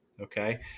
Okay